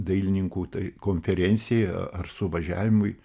dailininkų tai konferencijai ar suvažiavimui